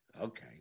Okay